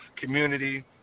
community